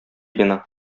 бина